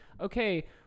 Okay